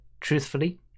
truthfully